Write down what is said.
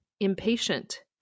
impatient